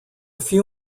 few